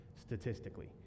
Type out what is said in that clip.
statistically